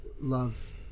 love